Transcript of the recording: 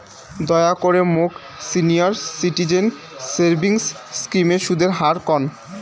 দয়া করে মোক সিনিয়র সিটিজেন সেভিংস স্কিমের সুদের হার কন